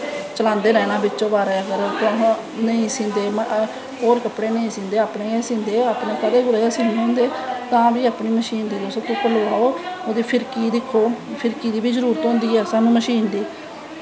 चलांदे रौह्नां बिच्चैं बारे अगर तुसैं नेंई सींदे होर कपड़े नेंई सीदें अपनें गै सींदे अपनें कदैं कदैं गै सीनें होंदे तां बी अपनी मशीन गी धुप्प लोआओ ओह्दी फिरकी गी दिक्खो फिरकी दी बी जरूरत होंदी ऐ स्हानू मशीन दी